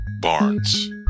Barnes